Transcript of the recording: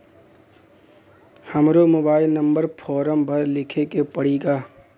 हमरो mobile number form पर लिखे के पड़ी का?